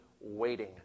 waiting